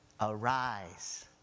Arise